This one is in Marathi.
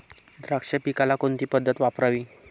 द्राक्ष पिकाला कोणती पद्धत वापरावी?